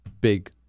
big